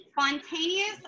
spontaneous